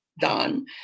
done